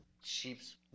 sheep's